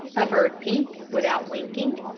averred pete, without winking.